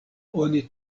oni